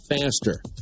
faster